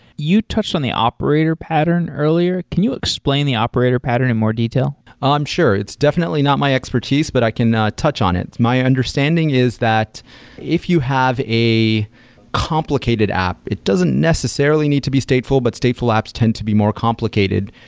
you touched on the operator pattern earlier. can you explain the operator pattern in more detail? um sure. it's definitely not my expertise, but i can touch on it. my understanding is that if you have a complicated app, it doesn't necessarily need to be stateful, but stateful apps tend to be more complicated.